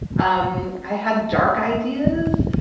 um i had dark ideas,